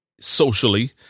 socially